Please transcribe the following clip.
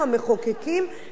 ניישר קו.